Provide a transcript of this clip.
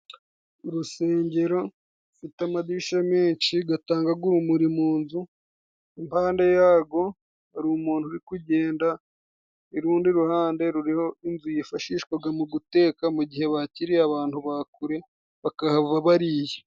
Urusengero rufite amadirisha menshi gatangaga urumuri mu nzu. Impande yarwo hari umuntu uri kugenda. Urundi ruhande ruriho inzu yifashishwaga mu guteka mu gihe bakiriye abantu ba kure bakahava bariye.